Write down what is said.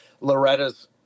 Loretta's